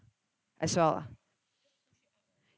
as well ah